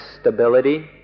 stability